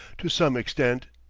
to some extent.